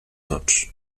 tots